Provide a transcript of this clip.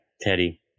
Teddy